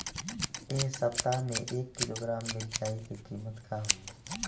एह सप्ताह मे एक किलोग्राम मिरचाई के किमत का होई?